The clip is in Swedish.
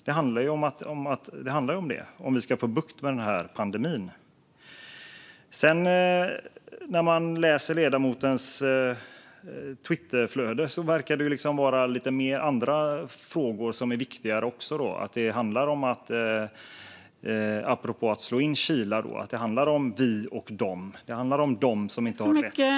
Det är ju det som det handlar om ifall vi ska få bukt med pandemin. När man läser ledamotens Twitterflöde verkar det, apropå att slå in kilar, även finnas andra frågor som är viktigare. Det handlar om "vi och dom". Det handlar om dem som inte har rätten.